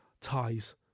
ties